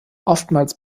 oftmals